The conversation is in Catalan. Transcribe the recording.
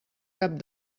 cap